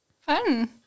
Fun